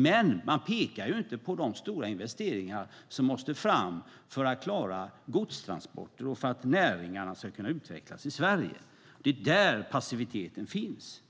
Men man pekar inte på de stora investeringar som måste fram för att klara godstransporter och för att näringarna ska kunna utvecklas i Sverige. Det är där passiviteten finns.